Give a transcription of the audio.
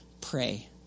pray